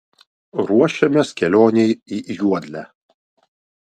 ruošiamės kelionei į juodlę